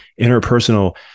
interpersonal